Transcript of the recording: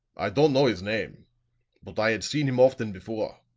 i don't know his name but i had seen him often before.